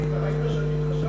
אתה ראית שהתחשבתי בך.